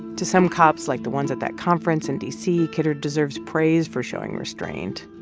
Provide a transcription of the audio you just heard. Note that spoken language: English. to some cops, like the ones at that conference in d c, kidder deserves praise for showing restraint.